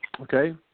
Okay